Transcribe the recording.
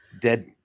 dead